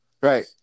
Right